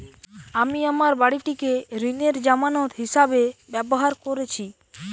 আমি আমার বাড়িটিকে ঋণের জামানত হিসাবে ব্যবহার করেছি